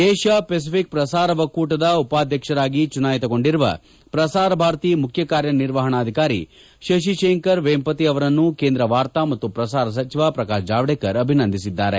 ಏಷ್ನಾ Pacific ಪ್ರಸಾರ ಒಕ್ಕೂಟದ ಉಪಾಧ್ಯಕ್ಷರಾಗಿ ಚುನಾಯಿತಗೊಂಡಿರುವ ಪ್ರಸಾರ ಭಾರತಿ ಮುಖ್ಯ ಕಾರ್ಯನಿರ್ವಹಣಾಧಿಕಾರಿ ಶಶಿಶೇಖರ್ ವೆಂಪತಿ ಅವರನ್ನು ಕೇಂದ್ರ ವಾರ್ತಾ ಮತ್ತು ಪ್ರಸಾರ ಸಚಿವ ಪ್ರಕಾಶ್ ಜಾವಡೇಕರ್ ಅಭಿನಂದಿಸಿದ್ದಾರೆ